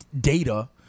data